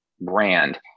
brand